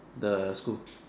the school